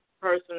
person